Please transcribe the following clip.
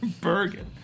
Bergen